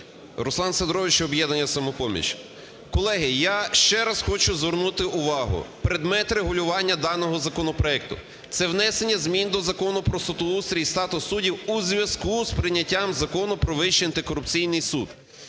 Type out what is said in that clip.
Руслан Сидорович, "Об'єднання "Самопоміч". Колеги, я ще раз хочу звернути увагу, предмет регулювання даного законопроекту – це внесення змін до Закону "Про судоустрій і статус суддів" у зв'язку з прийняттям Закону про "Вищий антикорупційний суд".